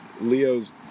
Leo's